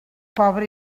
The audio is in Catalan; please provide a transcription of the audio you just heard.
pobre